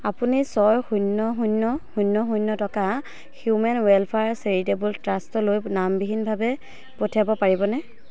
আপুনি ছয় শূন্য শূন্য শূন্য শূন্য টকা হিউমেন ৱেলফেয়াৰ চেৰিটেবল ট্ৰাষ্টলৈ নামবিহীনভাৱে পঠিয়াব পাৰিবনে